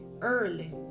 early